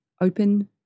open